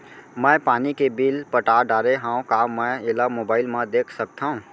मैं पानी के बिल पटा डारे हव का मैं एला मोबाइल म देख सकथव?